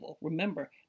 Remember